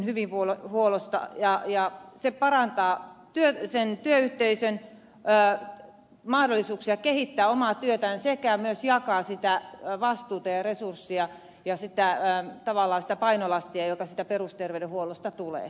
tiimit vastaavat ihmisten hyvinvoinnista ja se parantaa sen työyhteisön mahdollisuuksia kehittää omaa työtään sekä myös jakaa vastuuta ja resursseja ja tavallaan sitä painolastia joka perusterveydenhuollosta tulee